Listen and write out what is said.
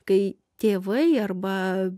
kai tėvai arba